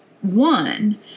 One